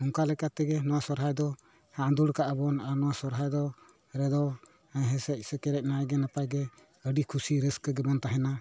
ᱱᱚᱝᱠᱟ ᱞᱮᱠᱟ ᱛᱮᱜᱮ ᱱᱚᱣᱟ ᱥᱚᱨᱦᱟᱭ ᱫᱚ ᱟᱸᱫᱳᱲ ᱠᱟᱜᱼᱟ ᱵᱚᱱ ᱱᱚᱣᱟ ᱥᱚᱨᱦᱟᱭ ᱫᱚ ᱨᱮᱫᱚ ᱦᱮᱸᱥᱮᱡ ᱥᱮᱠᱨᱮᱡ ᱱᱟᱭ ᱜᱮ ᱱᱟᱯᱟᱭ ᱜᱮ ᱟᱹᱰᱤ ᱠᱷᱩᱥᱤ ᱨᱟᱹᱥᱠᱟᱹ ᱜᱮ ᱵᱚᱱ ᱛᱟᱦᱮᱱᱟ